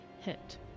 hit